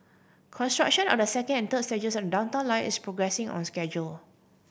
construction of the second and third stages of the Downtown Line is progressing on schedule